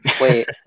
Wait